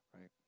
right